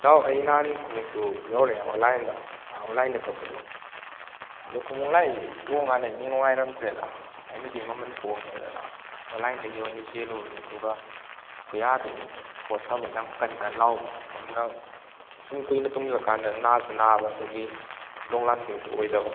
ꯅꯥꯎ ꯑꯩ ꯅꯍꯥꯟ ꯈꯨꯃꯨꯛꯇꯨ ꯌꯧꯔꯛꯑꯦ ꯑꯣꯟꯂꯥꯏꯟꯗ ꯑꯣꯟꯂꯥꯏꯟꯗ ꯀꯛꯄꯗꯣ ꯑꯗꯨ ꯈꯨꯃꯨꯛ ꯂꯥꯛꯏ ꯇꯣꯡꯀꯥꯟꯗ ꯏꯅꯨꯡ ꯅꯨꯡꯉꯥꯏꯔꯝꯗ꯭ꯔꯦꯗ ꯑꯩꯅꯗꯤ ꯃꯃꯟ ꯍꯣꯡꯉꯦꯗꯅ ꯑꯣꯟꯂꯥꯏꯟꯗꯒꯤ ꯑꯣꯏꯅ ꯆꯦꯜꯂꯨꯕꯅꯤ ꯑꯗꯨꯒ ꯈꯨꯌꯥꯗꯨ ꯊꯣꯠꯇꯕ ꯌꯥꯝ ꯀꯟ ꯀꯟ ꯂꯥꯎꯕ ꯑꯗꯨꯅ ꯁꯨꯝ ꯀꯨꯏꯅ ꯇꯣꯡꯖꯜꯂꯀꯥꯟꯗ ꯅꯥꯁꯨ ꯅꯥꯕ ꯑꯗꯒꯤ ꯂꯣꯡ ꯂꯥꯁꯇꯤꯡꯁꯨ ꯑꯣꯏꯗꯕ